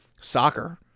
soccer